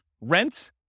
rent